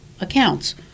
accounts